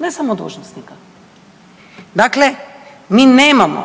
ne samo dužnosnika, dakle, mi nemamo